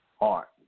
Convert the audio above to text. art